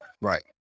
Right